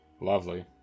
lovely